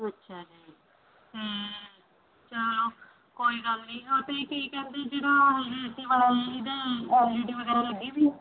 ਅੱਛਾ ਜੀ ਤੇ ਚਲੋ ਕੋਈ ਗੱਲ ਨਹੀਂ ਅਤੇ ਠੀਕ ਹੈ ਜੀ ਜਿਹੜਾ ਉਹ ਜੀ ਏ ਸੀ ਵਾਲਾ ਐੱਲ ਈ ਡੀ ਵਗੈਰਾ ਲੱਗੀ ਵੀ ਹੈ